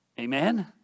Amen